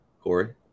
Corey